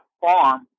farm